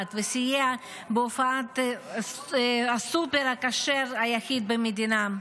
וסייע בהפעלת הסופר הכשר היחיד במדינה.